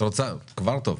כבר טוב.